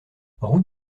route